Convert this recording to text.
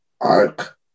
ARC